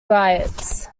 riots